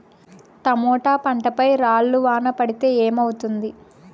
Tomato పంట పై రాళ్లు వాన పడితే ఏమవుతుంది?